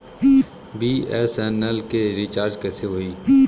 BSNL के recharge कैसे होयी?